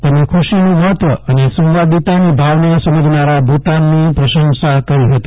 તેમણે ખુશીનું મહત્વ અને સંવાદિતાની ભાવના સમજનારા ભુતાનની પ્રસંસા કરી હતી